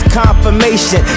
confirmation